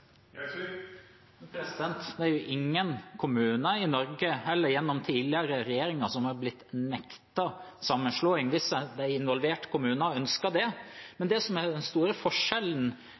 Det er jo ingen kommuner i Norge, ei heller under tidligere regjeringer, som har blitt nektet sammenslåing, hvis de involverte kommunene ønsket det. Det som er den store forskjellen